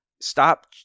stop